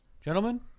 Gentlemen